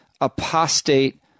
apostate